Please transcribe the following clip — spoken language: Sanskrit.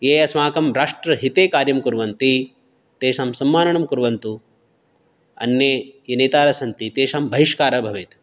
ये अस्माकं राष्ट्रहिते कार्यं कुर्वन्ति तेषां सम्माननं कुर्वन्तु अन्ये ये नेतारः सन्ति तेषां बहिष्कारः भवेत्